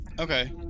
okay